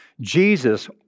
Jesus